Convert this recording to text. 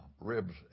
ribs